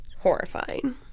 horrifying